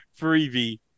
Freebie